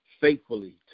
faithfully